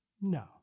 No